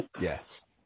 Yes